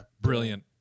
Brilliant